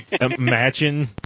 imagine